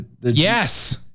Yes